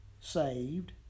saved